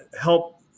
help